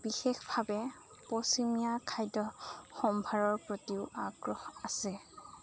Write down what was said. বিশেষভাৱে পশ্চিমীয়া খাদ্য সম্ভাৰৰ প্ৰতিও আগ্ৰহ আছে